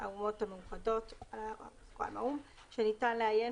האומות המאוחדות (האו"ם) שניתן לעיין